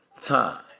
time